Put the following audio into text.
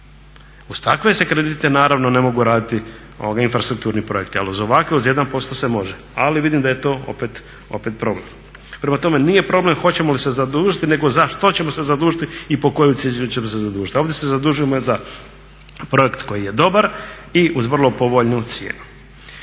Uz takve se kredite naravno ne mogu raditi infrastrukturni projekti ali uz ovakve uz 1% se može. Ali vidim da je to opet problem. Prema tome nije problem hoćemo li se zadužiti nego za što ćemo se zadužiti i po koju cijenu ćemo se zadužiti a ovdje se zadužujemo za projekt koji je dobar i uz vrlo povoljnu cijenu.